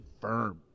firm